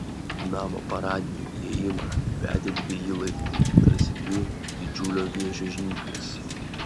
į namo paradinį įėjimą vedė dveji laiptai tarsi dvi didžiulio vėžio žnyplės